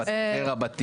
אז אתם אומרים לשר: עד פה,